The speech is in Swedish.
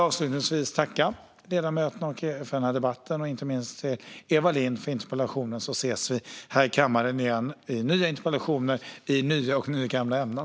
Avslutningsvis tackar jag ledamöterna för debatten och inte minst Eva Lindh för interpellationen. På återseende i kammaren för nya interpellationsdebatter i nya och nygamla ämnen!